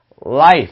life